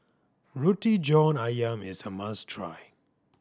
Roti John Ayam is a must try